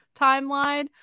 timeline